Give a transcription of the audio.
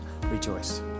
rejoice